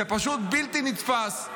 זה פשוט בלתי נתפס.